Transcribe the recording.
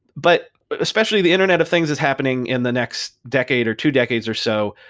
but but especially the internet of things is happening in the next decade or two decades or so,